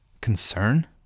concern